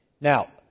Now